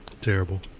Terrible